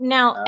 Now